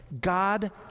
God